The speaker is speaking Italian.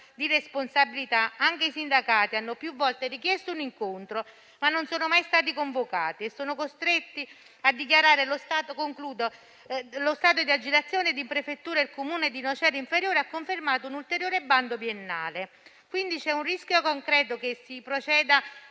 di responsabilità anche i sindacati hanno più volte richiesto un incontro, ma non sono mai stati convocati e sono costretti a dichiarare lo stato di agitazione alla prefettura e il Comune di Nocera Inferiore ha confermato un ulteriore bando biennale. Quindi, c'è un rischio concreto che si proceda